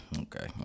Okay